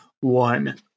one